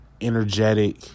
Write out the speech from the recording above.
energetic